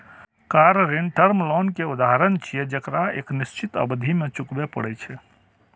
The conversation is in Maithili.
कार ऋण टर्म लोन के उदाहरण छियै, जेकरा एक निश्चित अवधि मे चुकबै पड़ै छै